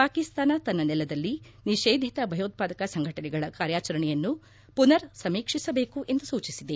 ಪಾಕಿಸ್ತಾನ ತನ್ನ ನೆಲದಲ್ಲಿ ನಿಷೇಧಿತ ಭಯೋತ್ಪಾದಕ ಸಂಘಟನೆಗಳ ಕಾರ್ಯಾಚರಣೆಯನ್ನು ಪುನರ್ ಸಮೀಕ್ಷಿಸಬೇಕು ಎಂದು ಸೂಚಿಸಿದೆ